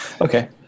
Okay